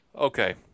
Okay